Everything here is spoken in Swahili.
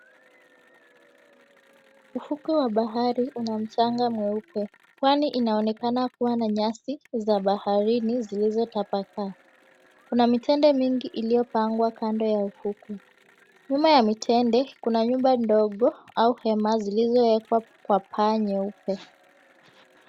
Ufukwe wa bahari una mchanga mweupe. Pwani inaonekana kuwa na nyasi za baharini zilizotapakaa. Kuna mitende mingi iliyopangwa kando ya ufukwe. Nyuma ya mitende kuna nyumba ndogo au hema zilizowekwa kwa paa nyeupe.